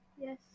Yes